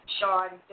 Sean